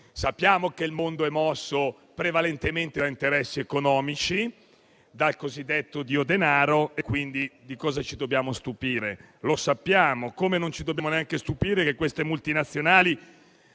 Sappiamo che il mondo è mosso prevalentemente da interessi economici, dal cosiddetto dio denaro, quindi di cosa ci dobbiamo stupire? Lo sappiamo. Come non ci dobbiamo neanche stupire che queste multinazionali